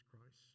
Christ